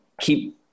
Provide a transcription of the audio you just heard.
keep